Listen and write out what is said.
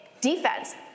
defense